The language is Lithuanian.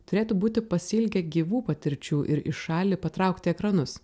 turėtų būti pasiilgę gyvų patirčių ir į šalį patraukti ekranus